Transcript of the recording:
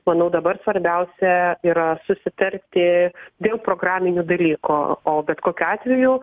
manau dabar svarbiausia yra susitarti dėl programinių dalykų o bet kokiu atveju